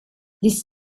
this